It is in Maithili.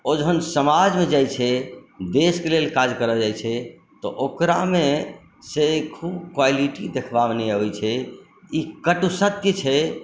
ओ जखन समाजमे जाइत छै देशके लेल काज करऽ जाइत छै तऽ ओकरामे से खूब क्वॉलिटी देखबामे नहि अबैत छै ई कटु सत्य छै